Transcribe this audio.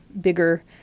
bigger